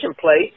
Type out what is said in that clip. place